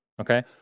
okay